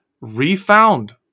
refound